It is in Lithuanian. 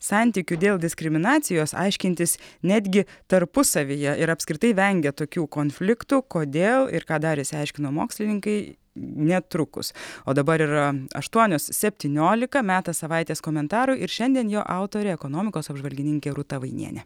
santykių dėl diskriminacijos aiškintis netgi tarpusavyje ir apskritai vengia tokių konfliktų kodėl ir ką dar išsiaiškino mokslininkai netrukus o dabar yra aštuonios septyniolika metas savaitės komentarui ir šiandien jo autorė ekonomikos apžvalgininkė rūta vainienė